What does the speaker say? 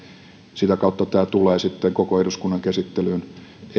sitä kautta tämä tulee sitten koko eduskunnan käsittelyyn